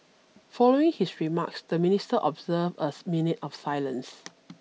following his remarks the Ministers observed a minute of silence